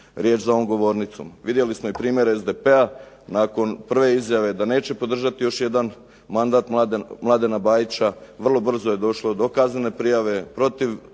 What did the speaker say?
riječ za ovom govornicom. Vidjeli smo i primjer SDP-a nakon prve izjave da neće podržati još jedan mandat Mladena Bajića. Vrlo brzo je došlo do kaznene prijave protiv